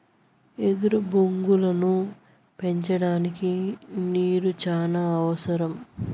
ఎదురు బొంగులను పెంచడానికి నీరు చానా అవసరం